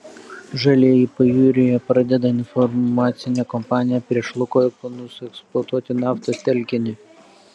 žalieji pajūryje pradeda informacinę kampaniją prieš lukoil planus eksploatuoti naftos telkinį